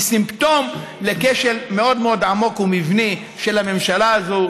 היא סימפטום לכשל מאוד עמוק ומבני של הממשלה הזו.